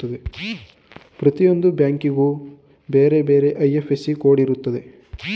ಪ್ರತಿಯೊಂದು ಬ್ಯಾಂಕಿಗೂ ಬೇರೆ ಬೇರೆ ಐ.ಎಫ್.ಎಸ್.ಸಿ ಕೋಡ್ ಇರುತ್ತೆ